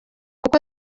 kuko